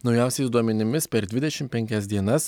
naujausiais duomenimis per dvidešim penkias dienas